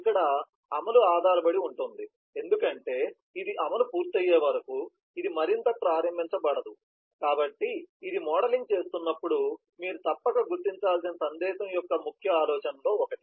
ఇక్కడ అమలు ఆధారపడి ఉంటుంది ఎందుకంటే ఇది అమలు పూర్తయ్యే వరకు ఇది మరింత ప్రారంభించబడదు కాబట్టి ఇది మోడలింగ్ చేస్తున్నప్పుడు మీరు తప్పక గుర్తించాల్సిన సందేశం యొక్క ముఖ్య ఆలోచనలలో ఒకటి